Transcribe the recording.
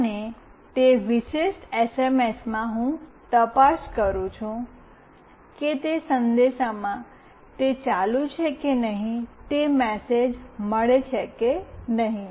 અને તે વિશિષ્ટ એસએમએસમાં હું તપાસ કરું છું કે તે સંદેશમાં તે ચાલુ છે કે નહીં તે મેસેજ મળે કે નહિ